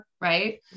right